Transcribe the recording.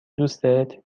دوستت